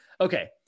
okay